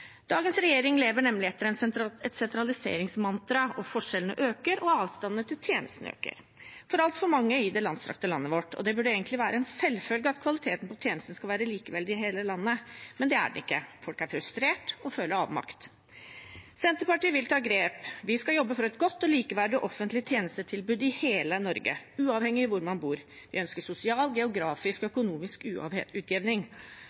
Dagens regjering lever nemlig etter et sentraliseringsmantra. Forskjellene øker, og avstanden til tjenestene øker for altfor mange i det langstrakte landet vårt. Det burde egentlig være en selvfølge at kvaliteten på tjenestene skal være likeverdig i hele landet, men det er den ikke. Folk er frustrert og føler avmakt. Senterpartiet vil ta grep. Vi skal jobbe for et godt og likeverdig offentlig tjenestetilbud i hele Norge, uavhengig av hvor man bor. Vi ønsker sosial, geografisk og økonomisk utjevning,